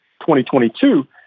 2022